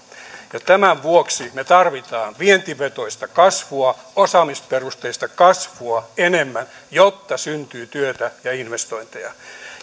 työllisyyttä tämän vuoksi me tarvitsemme vientivetoista kasvua osaamisperusteista kasvua enemmän jotta syntyy työtä ja investointeja